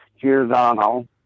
Giordano